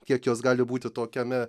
kiek jos gali būti tokiame